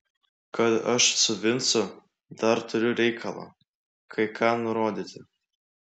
kad aš su vincu dar turiu reikalą kai ką nurodyti